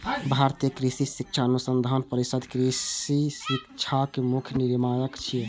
भारतीय कृषि शिक्षा अनुसंधान परिषद कृषि शिक्षाक मुख्य नियामक छियै